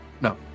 No